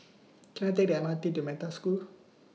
Can I Take The M R T to Metta School